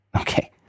Okay